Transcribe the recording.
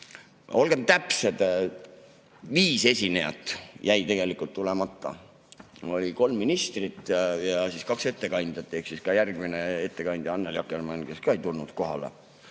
Olgem täpsed: viis esinejat jäi tegelikult tulemata. Oli kolm ministrit ja kaks ettekandjat, ehk ka järgmine ettekandja Annely Akkermann ka ei tulnud kohale.